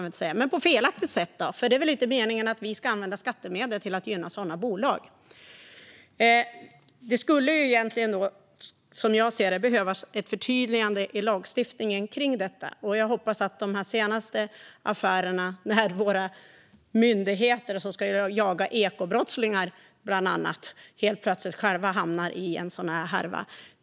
Det kan inte vara meningen att skattemedel ska användas för att gynna sådana bolag. Som jag ser det skulle ett förtydligande i lagstiftningen behövas när det gäller detta. Jag hoppas att de senaste affärerna föranleder en del eftertanke. De myndigheter som bland annat ska jaga ekobrottslingar har helt plötsligt själva hamnat i en sådan härva.